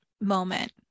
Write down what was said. moment